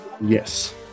Yes